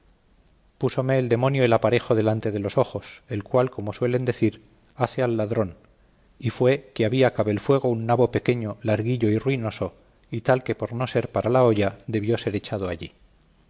taberna púsome el demonio el aparejo delante los ojos el cual como suelen decir hace al ladrón y fue que había cabe el fuego un nabo pequeño larguillo y ruinoso y tal que por no ser para la olla debió ser echado allí